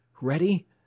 Ready